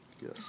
yes